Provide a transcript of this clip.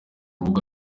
rubuga